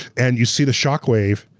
and you see the shockwave,